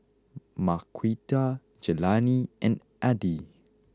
Marquita Jelani and Addie